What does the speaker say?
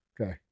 Okay